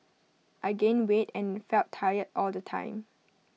I gained weight and felt tired all the time